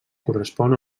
correspon